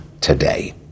today